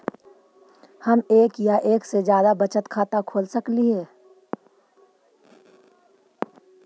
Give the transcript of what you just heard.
हम एक या एक से जादा बचत खाता खोल सकली हे?